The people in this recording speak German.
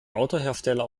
autohersteller